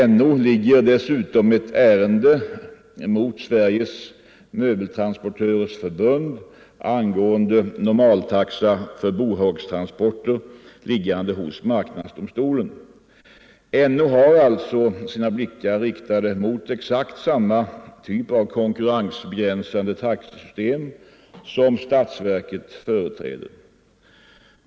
NO har dessutom ett ärende mot Sveriges möbeltransportörers förbund angående normaltaxa för bohagstransporter liggande hos marknadsdomstolen. NO har alltså sina blickar riktade mot exakt samma typ av konkurrensbegränsande taxesystem som statsverket företräder.